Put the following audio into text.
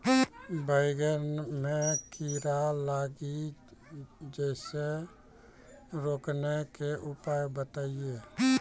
बैंगन मे कीड़ा लागि जैसे रोकने के उपाय बताइए?